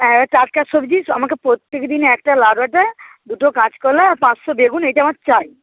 হ্যাঁ টাটকা সবজি আমাকে প্রত্যেক দিন একটা লাউডাঁটা দুটো কাঁচকলা আর পাঁচশো বেগুন এইটা আমার চাই